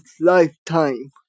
lifetime